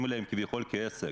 מתייחסים אליהם כביכול כעסק,